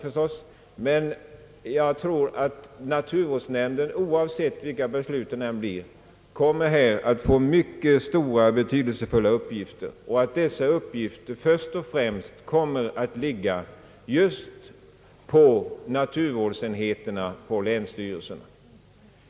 Jag tror dock att naturvårdsverket oavsett vilka besluten än blir kommer att få mycket stora och betydelsefulla uppgifter i detta avseende och att dessa uppgifter först och främst kommer att ligga på naturvårdsenheterna i länsstyrelserna.